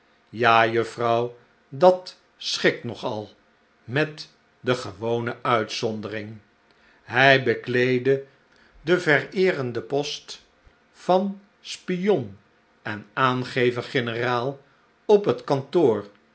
ja juffrouw dat schikt nogal met de gewone uitzondering hij bekleedde den vereerenden post van spion en aangever generaal op het kantoor